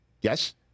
Yes